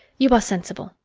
you are sensible.